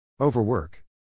overwork